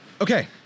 Okay